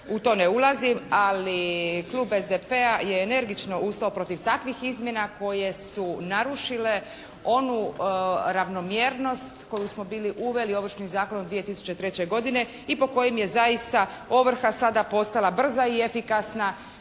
u to ne ulazim, ali klub SDP-a je energično ustao protiv takvih izmjena koje su narušile onu ravnomjernost koju smo bili uveli u Ovršni zakon 2003. godine i po kojem je zaista ovrha sada postala brza i efikasna